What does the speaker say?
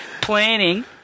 planning